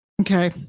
Okay